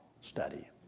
study